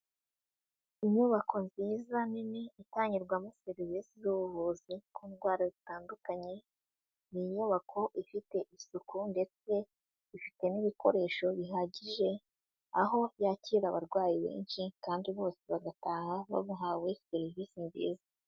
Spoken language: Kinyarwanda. Inyubako nziza nini itangirwamo serivisi z'ubuvuzi ku ndwara zitandukanye, ni inyubako ifite isuku ndetse ifite n'ibikoresho bihagije, aho yakira abarwayi benshi kandi bose bagataha babuhawe serivisi nziza